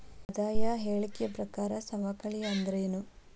ಆದಾಯ ಹೇಳಿಕಿ ಪ್ರಕಾರ ಸವಕಳಿ ಅಂತಂದ್ರೇನು?